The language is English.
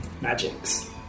magics